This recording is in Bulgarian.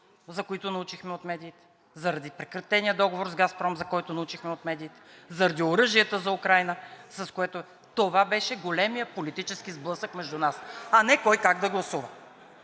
за които научихме от медиите, заради прекратения договор с Газпром, за който научихме от медиите, заради оръжията за Украйна. Това беше големият политически сблъсък между нас, а не кой как да гласува.